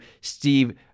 Steve